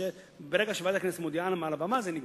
ברגע שוועדת הכנסת מודיעה מעל הבמה, זה נגמר.